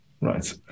Right